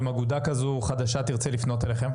אם אגודה חדשה כזאת תרצה לפנות אליכם?